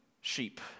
sheep